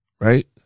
Right